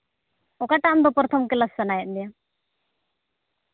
ᱚᱠᱟᱴᱟᱜ ᱟᱢᱫᱚ ᱯᱨᱚᱛᱷᱚᱢ ᱠᱞᱟᱥ ᱥᱟᱱᱟᱭᱮᱜ ᱢᱮᱭᱟ